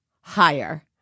Higher